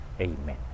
Amen